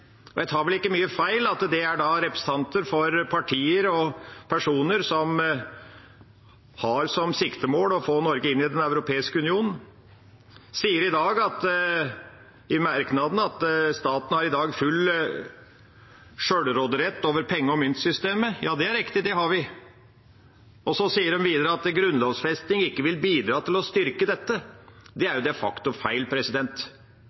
og jeg tar vel ikke mye feil i at det er representanter for partier og personer som har som siktemål å få Norge inn i Den europeiske union – sier i merknadene at «staten i dag har full sjølvråderett over penge- og myntsystemet». Ja, det er riktig, det har vi. Og så sier de videre at «ei grunnlovfesting ikkje vil bidra til å styrke dette». Det er de facto feil.